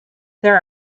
there